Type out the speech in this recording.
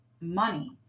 money